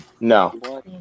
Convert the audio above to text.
No